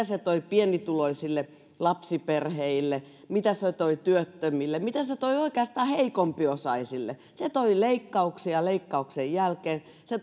se toi pienituloisille lapsiperheille mitä se toi työttömille mitä se toi oikeastaan heikompiosaisille se toi leikkauksia leikkauksien jälkeen se